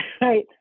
Right